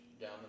down